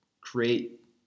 create